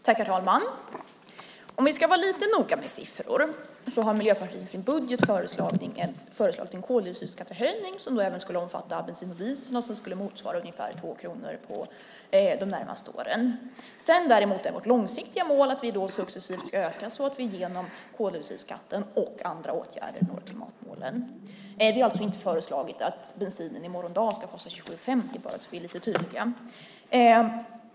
Herr talman! Om vi ska vara lite noga med siffror vill jag säga att Miljöpartiet i sin budget föreslagit en koldioxidskattehöjning som även skulle omfatta bensin och diesel och som skulle motsvara ungefär 2 kronor de närmaste åren. Däremot är vårt långsiktiga mål att vi successivt ska öka den så att vi genom koldioxidskatten och andra åtgärder når klimatmålen. Vi har alltså inte föreslagit att bensinen i morgon ska kosta 27:50, för att vara lite tydlig.